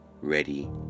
Ready